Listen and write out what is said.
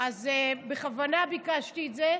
בכוונה ביקשתי את זה,